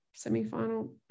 Semi-final